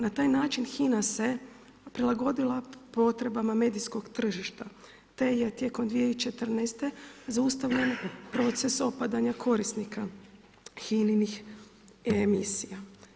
Na taj način HINA se prilagodila potrebama medijskog tržišta te je tijekom 2014. zaustavljen proces opadanja korisnika HINA-inih emisija.